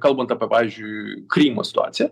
kalbant apie pavyzdžiui krymo situaciją